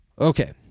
okay